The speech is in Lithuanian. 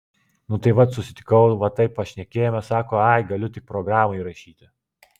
nu tai vat susitikau va taip pašnekėjome sako ai galiu tik programą įrašyti